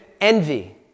envy